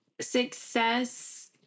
Success